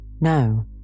No